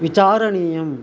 विचारणीयम्